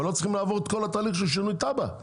אבל לא צריך לעבור את כל התהליך של שינוי תב"ע.